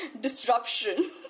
disruption